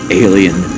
alien